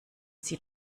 sie